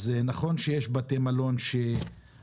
נכון שיש בתי מלון שחזרו